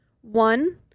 One